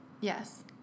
yes